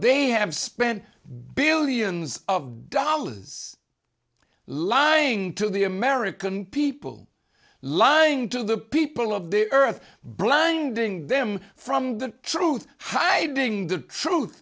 they have spent billions of dollars lying to the american people lying to the people of the earth blinding them from the truth hiding the truth